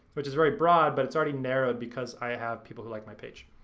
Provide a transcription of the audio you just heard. which is very broad but it's already narrowed because i have people who like my page.